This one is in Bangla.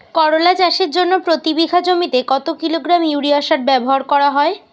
করলা চাষের জন্য প্রতি বিঘা জমিতে কত কিলোগ্রাম ইউরিয়া সার ব্যবহার করা হয়?